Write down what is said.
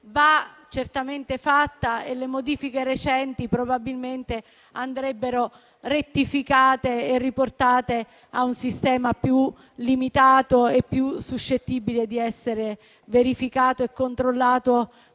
va certamente fatta e le modifiche recenti probabilmente andrebbero rettificate e riportate a un sistema più limitato e più suscettibile di essere verificato e controllato